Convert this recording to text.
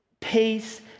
peace